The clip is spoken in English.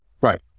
right